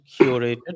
curated